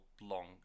long